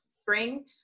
spring